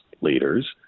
leaders